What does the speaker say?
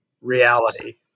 reality